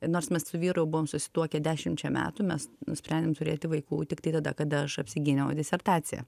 nors mes su vyru buvom susituokę dešimčia metų mes nusprendėm turėti vaikų tiktai tada kada aš apsigyniau disertaciją